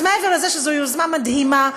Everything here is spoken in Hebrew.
אז מעבר לזה שזאת יוזמה מדהימה,